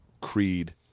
Creed